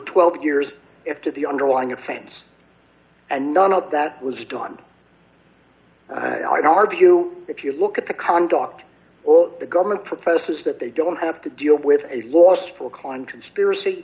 twelve years after the underlying offense and none of that was done in our view if you look at the conduct all the government proposes that they don't have to deal with a last full clone conspiracy